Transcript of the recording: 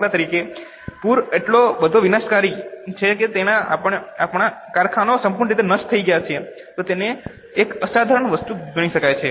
દાખલા તરીકે પૂર એટલો બધો વિનાશકારી છે કે તેણે આપણા કારખાનાને સંપૂર્ણ રીતે નષ્ટ કરી નાખ્યું છે તો પછી તેને એક અસાધારણ વસ્તુ ગણી શકાય